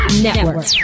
Network